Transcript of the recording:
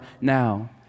now